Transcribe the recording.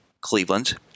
Cleveland